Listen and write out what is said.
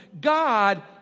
God